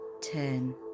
Ten